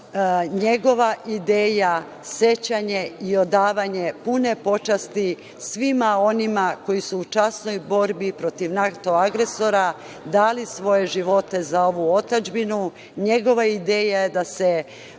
njegova ideja sećanje i odavanje pune počasti svima onima koji su u časnoj borbi protiv NATO agresora dali svoje živote za svoju otadžbinu. NJegova ideja je da se